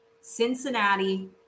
Cincinnati